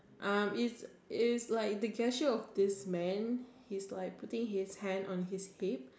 um its its like the gesture of this man he's like putting his hands on his hips